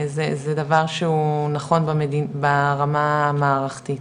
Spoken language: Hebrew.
זה דבר שהוא נכון ברמה המערכתית.